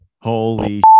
Holy